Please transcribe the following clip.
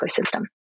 ecosystem